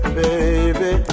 baby